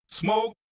smoke